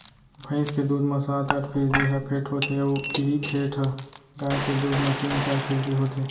भईंस के दूद म सात आठ फीसदी ह फेट होथे अउ इहीं फेट ह गाय के दूद म तीन चार फीसदी होथे